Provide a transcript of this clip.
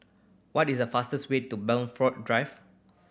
what is the fastest way to Blandford Drive